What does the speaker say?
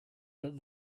that